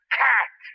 cat